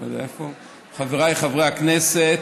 אני לא יודע איפה הוא, חבריי חברי הכנסת,